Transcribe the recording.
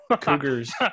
Cougars